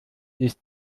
ist